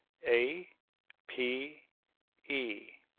a p e.